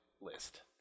list